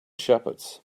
shepherds